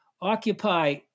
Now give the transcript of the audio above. Occupy